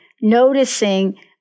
noticing